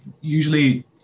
usually